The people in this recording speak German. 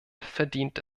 verdient